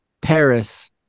Paris